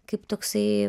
kaip toksai